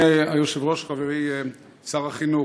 אדוני היושב-ראש, חברי שר החינוך,